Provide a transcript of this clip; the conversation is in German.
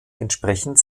entsprechend